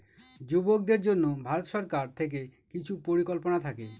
যুবকদের জন্য ভারত সরকার থেকে কিছু পরিকল্পনা থাকে